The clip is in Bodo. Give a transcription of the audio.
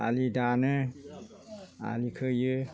आलि दानो आलि खोयो